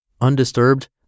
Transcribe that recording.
Undisturbed